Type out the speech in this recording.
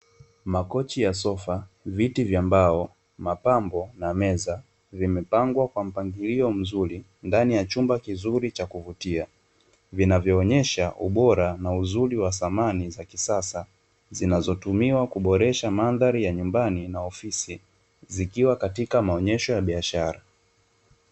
Makochi ya sofa, viti vya mbao, mapambo na meza, vimepangwa kwa mpangilio mzuri ndani ya chumba kizuri cha kuvutia, vinavyoonyesha ubora na uzuri wa samani za kisasa, zinazotumiwa kuboresha mandhari ya nyumbani na ofisi, zikiwa katika maonyesho ya biashara.